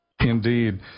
Indeed